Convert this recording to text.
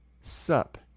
sup